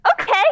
Okay